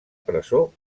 presó